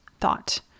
thought